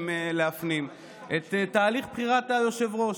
בבקשה, תהיה בשקט.